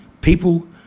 People